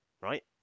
right